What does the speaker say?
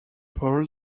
paul